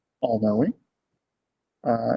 all-knowing